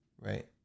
right